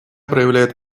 проявляет